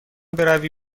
بروی